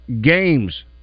games